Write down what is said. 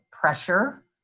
pressure